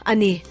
Ani